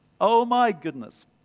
Oh-my-goodness